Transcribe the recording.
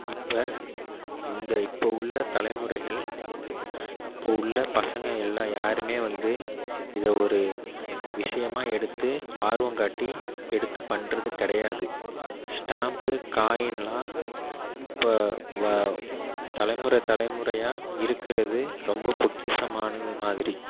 இப்போ இந்த இப்போ உள்ளே தலைமுறைகள் இப்போ உள்ள பசங்க எல்லாம் யாருமே வந்து இதை ஒரு விஷயமா எடுத்து ஆர்வம் காட்டி எடுத்து பண்ணுறது கிடையாது ஸ்டாம்ப்பு காயின்லாம் இப்போ வ தலைமுறை தலைமுறையாக இருக்கிறது ரொம்ப பொக்கிஷமானது மாதிரி